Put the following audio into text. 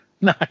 No